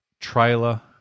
trailer